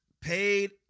paid